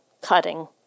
cutting